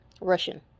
Russian